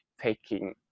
taking